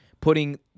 putting